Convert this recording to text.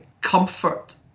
comfort